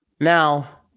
Now